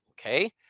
okay